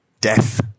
death